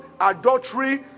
adultery